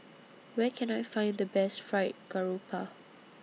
Where Can I Find The Best Fried Garoupa